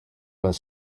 las